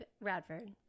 radford